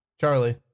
Charlie